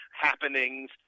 happenings